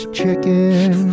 chicken